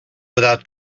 without